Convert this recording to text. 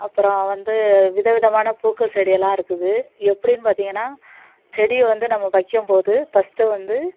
அப்புறம் வந்து விதவிதமான பூக்கள் செடியெல்லாம் இருக்குது எப்படின்னு பார்த்தீங்கன்னா செடியை வந்து நம்ம வைக்கும்போது ஃபர்ஸ்ட்டு வந்து